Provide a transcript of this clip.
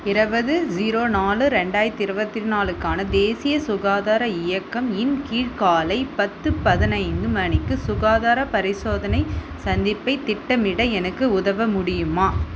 இருபது ஸீரோ நாலு ரெண்டாயிரத்தி இருபத்தி நாலுக்கான தேசிய சுகாதார இயக்கம் இன் கீழ் காலை பத்து பதினைந்து மணிக்கு சுகாதாரப் பரிசோதனை சந்திப்பைத் திட்டமிட எனக்கு உதவ முடியுமா